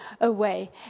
away